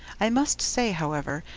i must say, however,